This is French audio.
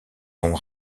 son